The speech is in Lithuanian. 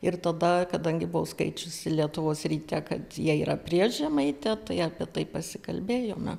ir tada kadangi buvau skaičiusi lietuvos ryte kad jie yra prieš žemaitę tai apie tai pasikalbėjome